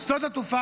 רשות שדות התעופה?